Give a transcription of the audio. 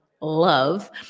love